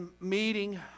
meeting